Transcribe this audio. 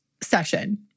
session